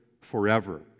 forever